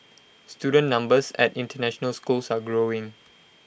student numbers at International schools are growing